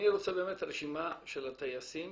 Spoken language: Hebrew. אני רוצה רשימה של הטייסים